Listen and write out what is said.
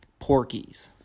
Porkies